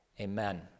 amen